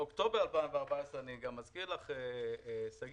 באוקטובר 2014, אני מזכיר לך שגית,